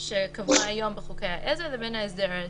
שקבוע היום בחוקי העזר לבין ההסדר הארצי.